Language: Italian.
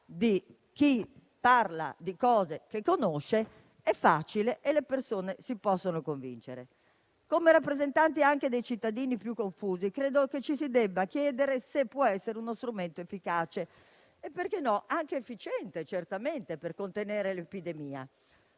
di chi parla di cose che conosce, le persone si possono facilmente convincere. Come rappresentanti anche dei cittadini più confusi, credo che ci si debba chiedere se questo può essere uno strumento efficace e - perché no? - anche efficiente per contenere l'epidemia.